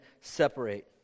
separate